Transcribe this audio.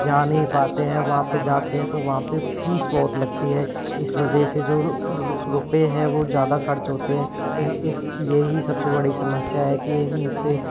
जा नहीं पाते हैं वहाँ पर जाते हैं तो वहाँ पर फीस बहुत लगती है इस वजह से जो रुपये है वह ज़्यादा खर्च होते हैं इस यही सबसे बड़ी समस्या है कि इनसे